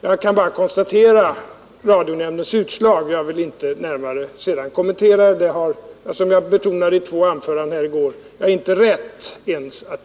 Jag kan bara konstatera radionämndens utslag; jag har, som jag betonade i två anföranden i går, inte rätt att kommentera det.